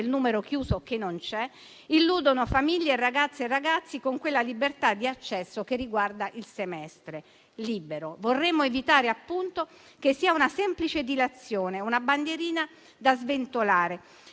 numero chiuso che non c'è, illudono famiglie, ragazze e ragazzi con quella libertà di accesso che riguarda il semestre libero. Vorremmo evitare che sia una semplice dilazione, una bandierina da sventolare.